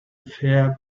fear